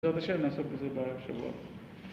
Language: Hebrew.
בעזרת השם, נעסוק בזה בשבוע הבא